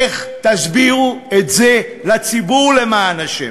איך תסבירו את זה לציבור, למען השם?